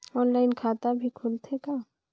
Online खाता भी खुलथे का?